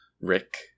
Rick